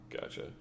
Gotcha